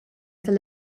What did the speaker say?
tal